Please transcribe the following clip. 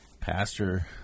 Pastor